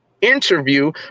interview